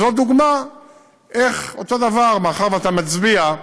זאת דוגמה איך אותו הדבר, מאחר שאתה מצביע,